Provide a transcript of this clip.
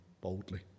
boldly